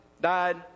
died